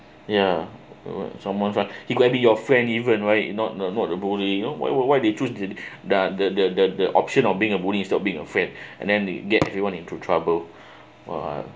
ya someone lah he going to be your friend even right not not not the bully you know why why why they choose the the the the the option of being a bully stop being a friend and then they get everyone into trouble !wah!